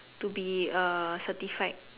to be a certified